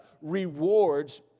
rewards